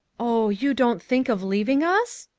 oh, you don't think of leaving us?